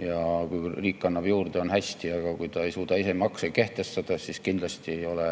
Ja kui riik annab juurde, on hästi, aga kui ta ei suuda ise makse kehtestada, siis kindlasti ei ole